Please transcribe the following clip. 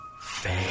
Fail